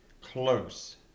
close